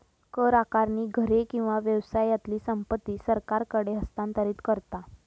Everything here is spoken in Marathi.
कर आकारणी घरे किंवा व्यवसायातली संपत्ती सरकारकडे हस्तांतरित करता